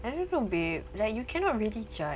I don't know babe like you cannot really judge